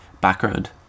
background